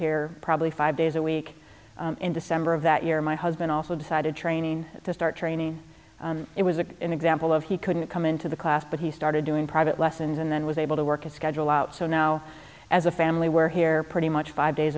here probably five days a week in december of that year my husband also decided training to start training it was a an example of he couldn't come into the class but he started doing private lessons and then was able to work a schedule out so now as a family were here pretty much five days